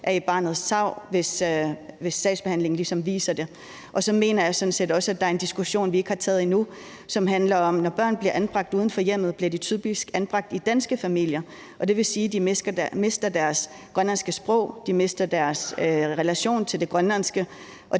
er i barnets tarv, hvis sagsbehandlingen viser det. Jeg mener sådan set også, at der er en diskussion, vi ikke har taget endnu, som handler om, at når børn bliver anbragt uden for hjemmet, bliver de typisk anbragt i danske familier. Det vil sige, at de mister deres grønlandske sprog og de mister deres relation til det grønlandske, og